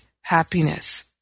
happiness